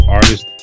artist